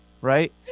Right